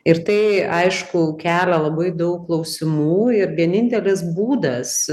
ir tai aišku kelia labai daug klausimų ir vienintelis būdas